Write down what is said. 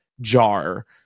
jar